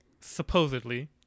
supposedly